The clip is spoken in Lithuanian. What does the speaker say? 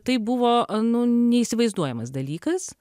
tai buvo nu neįsivaizduojamas dalykas